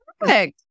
Perfect